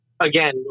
Again